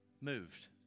Moved